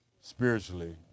spiritually